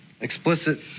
Explicit